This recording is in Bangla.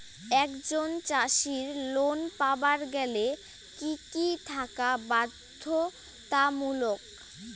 একজন চাষীর লোন পাবার গেলে কি কি থাকা বাধ্যতামূলক?